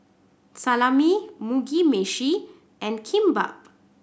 Salami Mugi Meshi and Kimbap